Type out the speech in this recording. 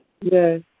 Yes